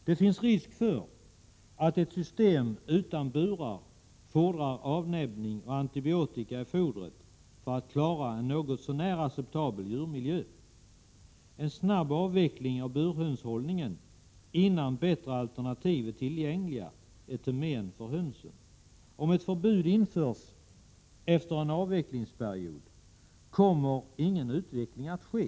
Det finns risk för att ett system utan burar fordrar avnäbbning och antibiotika i fodret för att klara en något så när acceptabel djurmiljö. En snabb avveckling av burhönshållningen innan bättre alternativ är tillgängliga är till men för hönsen. Om ett förbud införs efter en avvecklingsperiod kommer ingen utveckling att ske.